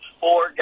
four